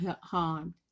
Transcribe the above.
harmed